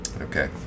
Okay